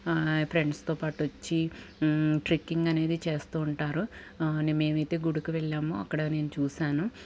ఫ్రెండ్స్తో పాటు వచ్చి ట్రెక్కింగ్ అనేది చేస్తూ ఉంటారు మేమైతే గుడికి వెళ్ళాము అక్కడ నేను చూసాను